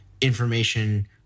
information